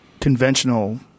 conventional